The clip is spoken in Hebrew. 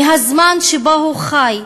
מהזמן שבו הוא חי.